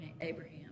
Abraham